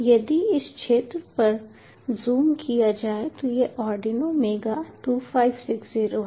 यदि इस क्षेत्र पर ज़ूम किया जाए तो यह आर्डिनो मेगा 2560 है